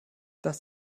das